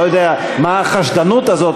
לא יודע מה החשדנות הזאת,